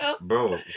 Bro